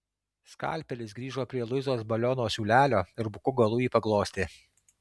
skalpelis grįžo prie luizos baliono siūlelio ir buku galu jį paglostė